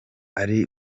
ari